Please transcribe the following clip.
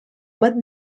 but